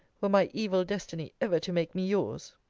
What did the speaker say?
were my evil destiny ever to make me yours.